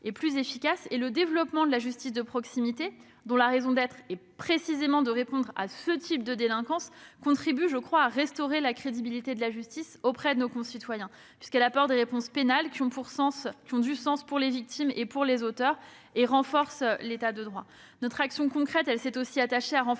et plus efficaces. Le développement de la justice de proximité, dont la raison d'être est précisément de répondre à ce type de délinquance, contribue à restaurer la crédibilité de la justice auprès de nos concitoyens. En apportant des réponses pénales, qui ont du sens pour les victimes et les auteurs, elle renforce notre État de droit. Nous nous sommes également concrètement attachés à renforcer